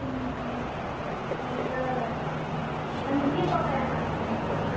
ए ल ल ल अनि के पकाएर खाने त्यहाँ चाहिँ